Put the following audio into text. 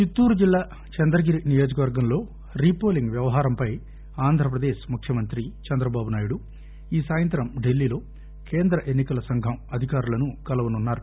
చిత్తూరు జిల్లా చంద్రగిరి నియోజకవర్గంలో రీపోలింగ్ వ్యవహారంపై ఆంధ్రప్రదేశ్ ముఖ్యమంత్రి చంద్రబాబునాయుడు ఈ సాయంత్రం ఢిల్లీలో కేంద్ర ఎన్నికల సంఘం అధికారులను కలవనున్నారు